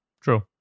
true